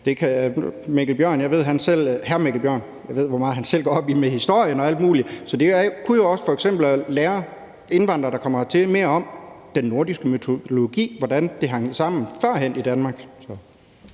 og historien. Jeg ved, hvor meget hr. Mikkel Bjørn selv går op i historie og alt muligt, så det kunne jo f.eks. også være at lære indvandrere, der kommer hertil, mere om den nordiske mytologi, og hvordan det hang sammen førhen i Danmark.